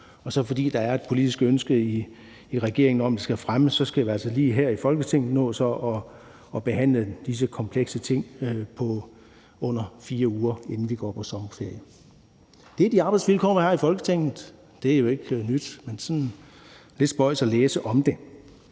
Og fordi der så er et politisk ønske i regeringen om, at det skal fremmes, skal vi altså her i Folketinget lige nå at behandle disse komplekse ting på under 4 uger, inden vi går på sommerferie. Det er de arbejdsvilkår, vi har i Folketinget – det er jo ikke nyt. Men det er altså lidt